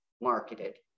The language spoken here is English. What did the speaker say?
marketed